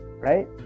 right